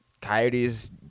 Coyotes